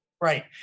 right